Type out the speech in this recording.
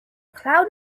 cloud